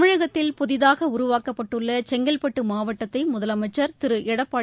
தமிழகத்தில் புதிதாக உருவாக்கப்பட்டுள்ள செங்கல்பட்டு மாவட்டத்தை முதலமைச்சா் திரு எடப்பாடி